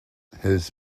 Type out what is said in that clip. his